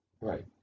Right